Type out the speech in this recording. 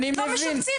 לא משבצים,